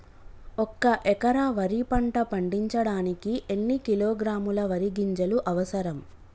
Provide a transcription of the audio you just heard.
ఒక్క ఎకరా వరి పంట పండించడానికి ఎన్ని కిలోగ్రాముల వరి గింజలు అవసరం?